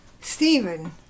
Stephen